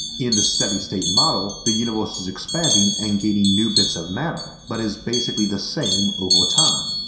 in the steady state model the universe is expanding and gaining new bits of matter but is basically the same over time,